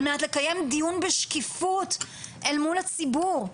על מנת לקיים דיון בשקיפות אל מול הציבור.